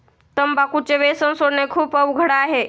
तंबाखूचे व्यसन सोडणे खूप अवघड आहे